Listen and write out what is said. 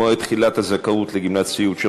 מועד תחילת הזכאות לגמלת סיעוד),